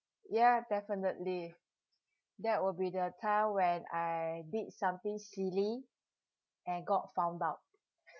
ya definitely that will be the time when I did something silly and got found out